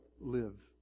live